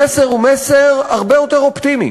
המסר הוא מסר הרבה יותר אופטימי.